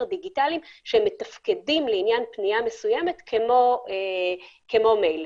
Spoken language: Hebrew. דיגיטליים שמתפקדים לעניין פניה מסוימת כמו מייל.